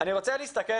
אני רוצה להסתכל